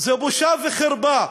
זו בושה וחרפה.